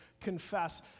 confess